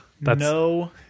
No